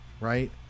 Right